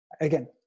Again